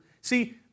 See